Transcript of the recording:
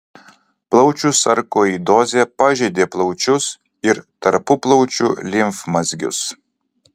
plaučių sarkoidozė pažeidė plaučius ir tarpuplaučių limfmazgius